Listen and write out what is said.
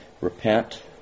repent